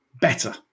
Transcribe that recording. better